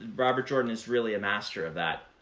robert jordan is really a master of that.